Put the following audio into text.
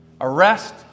Arrest